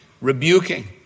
rebuking